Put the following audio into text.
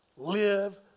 Live